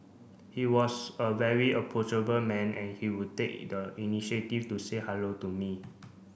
he was a very approachable man and he would take the initiative to say hello to me